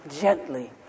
gently